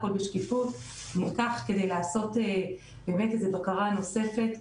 הכול בשקיפות נלקח כדי לעשות באמת בקרה נוספת,